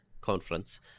conference